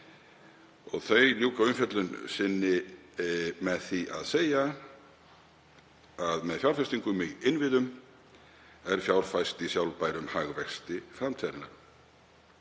Þau ljúka umfjöllun sinni með því að segja að með fjárfestingum í innviðum sé fjárfest í sjálfbærum hagvexti framtíðarinnar,